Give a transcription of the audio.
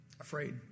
afraid